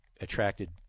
attracted